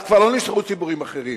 אז כבר לא נשארו ציבורים אחרים.